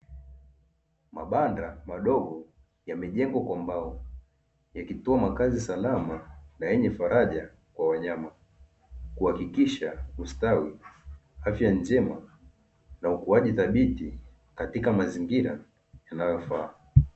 Mabanda madogo yamejengwa kwa mbao, yakitoa makazi salama na yenye faraja kwa wanyama, kuhakikisha ustawi, afya njema na ukuaji thabiti katika mazingira yanayofaa.